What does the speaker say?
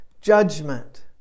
judgment